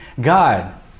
God